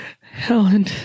Helen